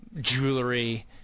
Jewelry